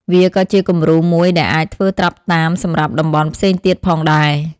វាក៏ជាគំរូមួយដែលអាចធ្វើត្រាប់តាមសម្រាប់តំបន់ផ្សេងទៀតផងដែរ។